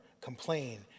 complain